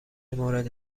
مورد